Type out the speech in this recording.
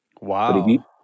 Wow